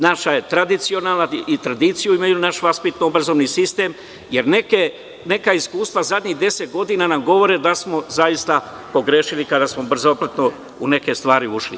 Naša je tradicija i tradiciju imaju naš vaspitno obrazovni sistem, jer neka iskustva zadnjih deset godina nam govore da smo zaista pogrešili kada smo brzopleto u neke stvari ušli.